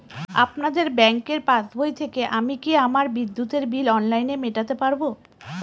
আপনাদের ব্যঙ্কের পাসবই থেকে আমি কি আমার বিদ্যুতের বিল অনলাইনে মেটাতে পারবো?